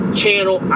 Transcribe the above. channel